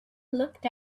looked